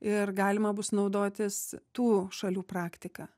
ir galima bus naudotis tų šalių praktika